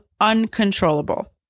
uncontrollable